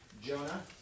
Jonah